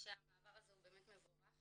-- שהמעבר הזה הוא באמת מבורך,